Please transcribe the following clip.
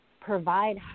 provide